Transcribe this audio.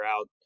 out